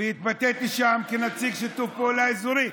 והתבטאתי שם כנציג של שיתוף פעולה אזורי,